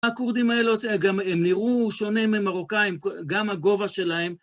מה הכורדים האלה עושים? הם נראו שונים ממרוקאים, גם הגובה שלהם.